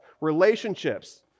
Relationships